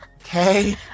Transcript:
Okay